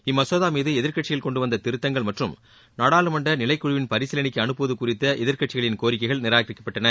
இம்மசோதா மீது எதிர்க்கட்சிகள் கொண்டு வந்த திருத்தங்கள் மற்றும் நாடாளுமன்ற நிலைக்குழுவின் பரிசீலனைக்கு அனுப்புவது குறித்த எதிர்க்கட்சிகளின் கோரிக்கைகள் நிராகரிக்கப்பட்டன